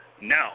No